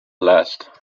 last